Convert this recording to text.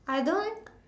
I don't